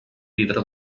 vidre